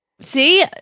see